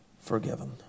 forgiven